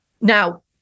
now